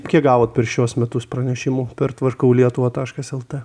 kiek gavot per šiuos metus pranešimų per tvarkau lietuvą taškas lt